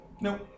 Nope